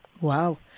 Wow